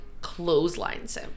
clotheslines